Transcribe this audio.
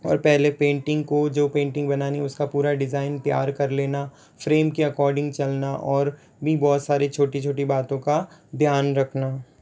और पहले पेंटिंग को जो पेंटिंग बनानी उसका पूरा डिज़ाइन तैयार कर लेना फ़्रेम के अकॉर्डिंग चलना और भी बहुत सारे छोटी छोटी बातों का ध्यान रखना